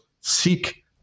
seek